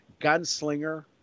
gunslinger